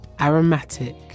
aromatic